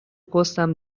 پستم